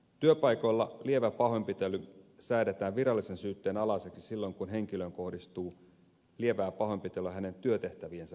työpaikoilla lievä pahoinpitely säädetään virallisen syytteen alaiseksi silloin kun henkilöön kohdistuu lievää pahoinpitelyä hänen työtehtäviensä vuoksi